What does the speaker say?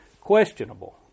questionable